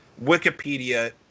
wikipedia